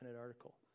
article